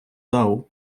дав